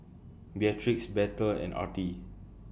Beatrix Bethel and Artie